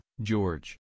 George